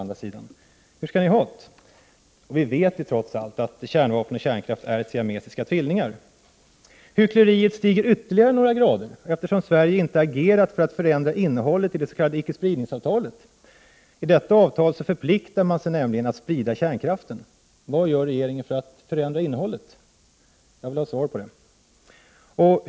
Hur skall ni ha det? Vi vet trots allt att kärnvapen och kärnkraft är siamesiska tvillingar. Hyckleriet stiger ytterligare några grader, eftersom Sverige inte har agerat för att förändra innehållet i det s.k. icke-spridningsavtalet. I detta avtal förpliktar man sig nämligen att sprida kärnkraften. Vad gör regeringen för att förändra innehållet? Det vill jag ha svar på.